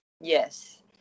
Yes